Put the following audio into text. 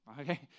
Okay